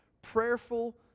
prayerful